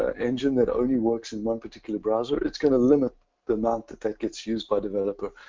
ah engine that only works in one particular browser, it's going to limit the amount that that gets used by developer.